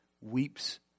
weeps